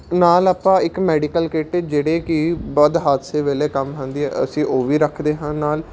ਨਾਲ ਆਪਾਂ ਇੱਕ ਮੈਡੀਕਲ ਕਿੱਟ ਜਿਹੜੇ ਕਿ ਵੱਧ ਹਾਦਸੇ ਵੇਲੇ ਕੰਮ ਆਉਂਦੀ ਹੈ ਅਸੀਂ ਉਹ ਵੀ ਰੱਖਦੇ ਹਾਂ ਨਾਲ